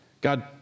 God